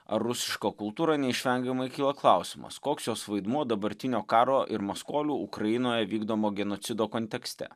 ar rusišką kultūrą neišvengiamai kyla klausimas koks jos vaidmuo dabartinio karo ir maskolių ukrainoje vykdomo genocido kontekste